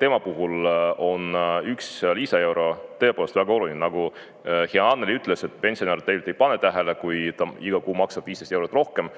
tema puhul on üks lisaeuro tõepoolest väga oluline, nagu hea Annely ütles, et pensionär tegelikult ei pane tähele, kui ta iga kuu maksab 15 eurot rohkem.